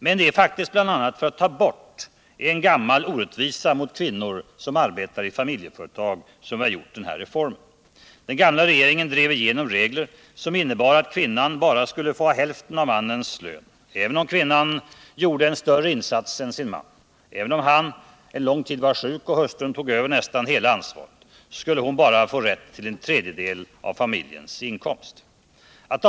Men det är faktiskt bl.a. för att ta bort den gamla orättvisan mot kvinnor som arbetar i familjeföretag som vi har genomfört den här reformen. Den gamla regeringen drev igenom regler, som innebar att kvinnan bara skulle få ha hälften av mannens lön. Även om en kvinna gjorde en större insats än sin man — även om han en lång tid varit sjuk och hustrun tog över nästan hela ansvaret — skulle hon bara ha rätt till en tredjedel av familjens inkomst.